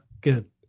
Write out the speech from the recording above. Good